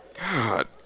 God